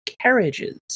carriages